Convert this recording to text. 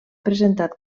presentat